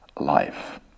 life